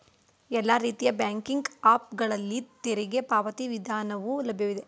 ಎಲ್ಲಾ ರೀತಿಯ banking app ಗಳಲ್ಲಿ ತೆರಿಗೆ ಪಾವತಿ ವಿಧಾನವು ಲಭ್ಯವಿದೆ